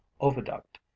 oviduct